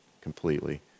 completely